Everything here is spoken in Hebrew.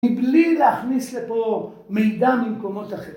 מבלי להכניס לפה מידע ממקומות אחרים.